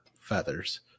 feathers